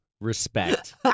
respect